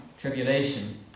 tribulation